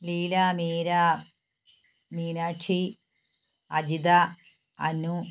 Leela Meera Meenakshi Ajitha Anu